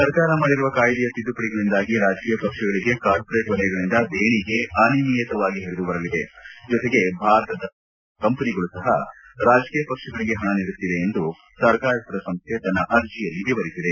ಸರ್ಕಾರ ಮಾಡಿರುವ ಕಾಯಿದೆಯ ತಿದ್ದುಪಡಿಗಳಿಂದಾಗಿ ರಾಜಕೀಯ ಪಕ್ಷಗಳಿಗೆ ಕಾರ್ಮೊರೇಟ್ ವಲಯಗಳಿಂದ ದೇಣಿಗೆ ಅನಿಯಮಿತವಾಗಿ ಪರಿದುಬರಲಿದೆ ಜೊತೆಗೆ ಭಾರತದ ಹಾಗೂ ವಿದೇಶದ ಹಲವು ಕಂಪನಿಗಳು ಸಹ ರಾಜಕೀಯ ಪಕ್ಷಗಳಿಗೆ ಹಣ ನೀಡುತ್ತವೆ ಎಂದು ಸರ್ಕಾರೇತರ ಸಂಸ್ವೆ ತನ್ನ ಅರ್ಜಿಯಲ್ಲಿ ವಿವರಿಸಿದೆ